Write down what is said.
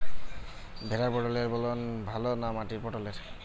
ভেরার পটলের ফলন ভালো না মাটির পটলের?